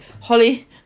Holly